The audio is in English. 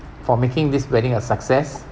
for making this wedding a success